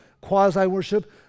quasi-worship